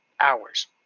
hours